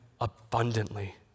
abundantly